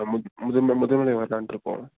மு முதுன் முதுதமலை வரலான்ட்டு இருக்கோம்